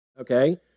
Okay